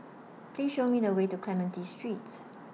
Please Show Me The Way to Clementi Street